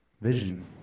vision